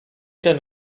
ten